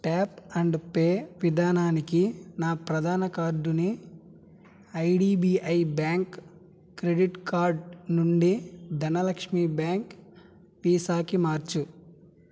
tap and pay విధానానికి నా ప్రధాన కార్డుని ఐడిబిఐ బ్యాంక్ క్రెడిట్ కార్డ్ నుండి ధనలక్ష్మి బ్యాంక్ వీసాకి మార్చు